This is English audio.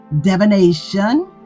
divination